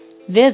Visit